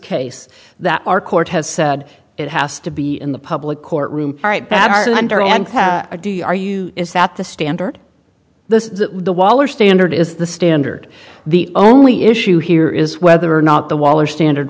case that our court has said it has to be in the public courtroom right that are under and are you is that the standard this is the wall or standard is the standard the only issue here is whether or not the wall or standard